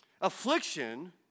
Affliction